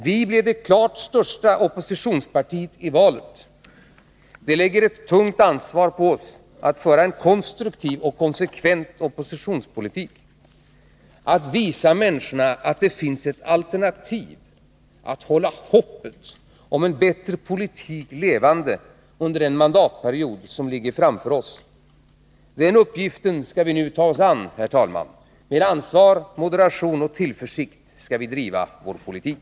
Vi blev det klart största oppositionspartiet i valet. Det lägger ett tungt ansvar på oss att föra en konstruktiv och konsekvent oppositionspolitik: att visa människorna att det finns ett alternativ, att hålla hoppet om en bättre politik levande under den mandatperiod som ligger framför oss. Den uppgiften skall vi nu ta oss an. Med ansvar, moderation och tillförsikt skall vi driva vår politik.